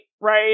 right